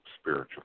Spiritual